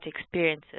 experiences